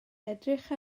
edrych